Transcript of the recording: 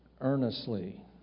earnestly